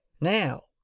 Now